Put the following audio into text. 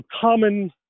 common